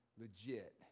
legit